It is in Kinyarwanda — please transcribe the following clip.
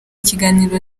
kiganiro